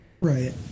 right